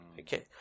okay